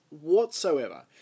whatsoever